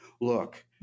Look